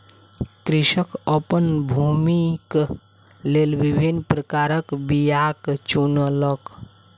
कृषक अपन भूमिक लेल विभिन्न प्रकारक बीयाक चुनलक